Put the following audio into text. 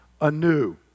anew